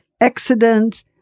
Accident